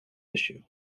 issue